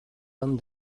homme